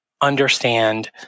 understand